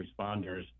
responders